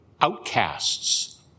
outcasts